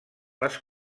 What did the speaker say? les